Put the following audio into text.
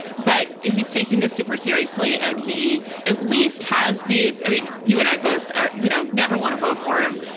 but he's taking this super seriously. and he at least has these. i mean, you and i both, you know, never want to vote for him.